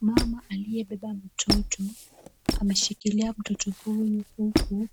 Mama aliyebeba mtoto ameshikilia mtoto huku